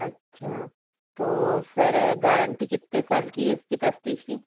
अच्छा तो sir guarantee कितने साल की है इसकी प्रेस्टीज की